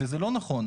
וזה לא נכון.